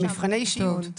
ומבחני אישיות.